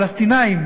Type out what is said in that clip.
הפלסטינים,